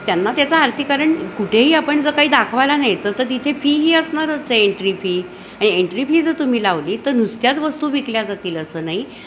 त्यांना त्याचं आर्थीकरण कुठेही आपण जर काही दाखवायला न्यायचं तर तिथे फी ही असणारच एन्ट्री फी आणि एन्ट्री फी जर तुम्ही लावली तर नुसत्याच वस्तू विकल्या जातील असं नाही